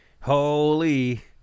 holy